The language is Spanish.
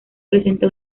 presenta